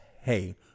hey